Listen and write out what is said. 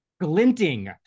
glinting